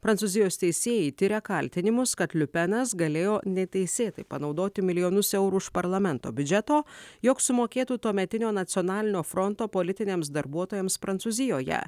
prancūzijos teisėjai tiria kaltinimus kad liupenas galėjo neteisėtai panaudoti milijonus eurų už parlamento biudžeto jog sumokėtų tuometinio nacionalinio fronto politiniams darbuotojams prancūzijoje